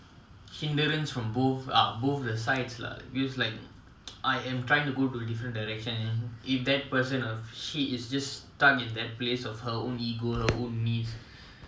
and willing to walk their own spiritual path so where we can learn about each other lah and uncover truths and like what my friend just said